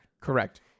correct